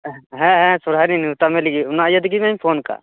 ᱟᱷ ᱦᱮᱸ ᱦᱮᱸ ᱥᱚᱨᱦᱟᱭ ᱨᱤᱧ ᱱᱮᱣᱛᱟ ᱢᱮ ᱞᱟ ᱜᱤᱫ ᱚᱱᱟ ᱤᱭᱟᱹ ᱛᱮᱜᱤᱧ ᱯᱷᱳᱱ ᱠᱟᱜ